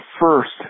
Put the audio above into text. first